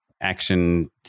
action